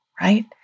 Right